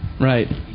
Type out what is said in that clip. right